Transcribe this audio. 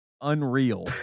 unreal